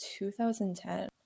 2010